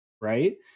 right